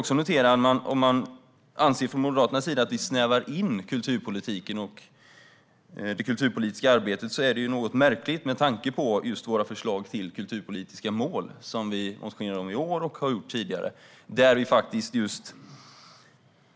Det är lite märkligt om Moderaterna anser att vi snävar in kulturpolitiken och det kulturpolitiska arbetet med tanke på våra förslag till kulturpolitiska mål som vi har motioner om både i år och tidigare.